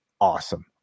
awesome